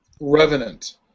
*Revenant*